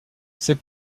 ses